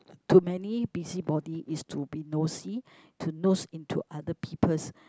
to many busybody is to be nosy to nose into other people's